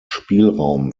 spielraum